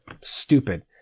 stupid